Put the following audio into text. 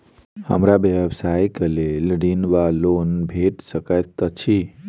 हमरा व्यवसाय कऽ लेल ऋण वा लोन भेट सकैत अछि?